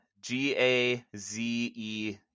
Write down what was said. G-A-Z-E